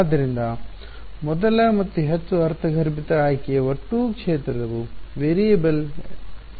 ಆದ್ದರಿಂದ ಮೊದಲ ಮತ್ತು ಹೆಚ್ಚು ಅರ್ಥಗರ್ಭಿತ ಆಯ್ಕೆಯು ಒಟ್ಟು ಕ್ಷೇತ್ರವು ವೇರಿಯಬಲ್ ಎಂದು ಅನುಮತಿಸುವುದು ಸರಿ